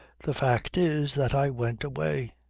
the fact is that i went away.